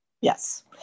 Yes